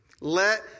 Let